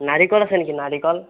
নাৰিকল আছে নেকি নাৰিকল